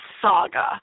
saga